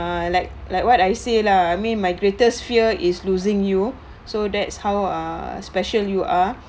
ah like like what I say lah I mean my greatest fear is losing you so that's how ah special you are